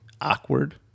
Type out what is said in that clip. awkward